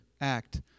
act